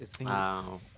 Wow